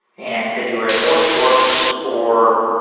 and that you are at hortonworks for,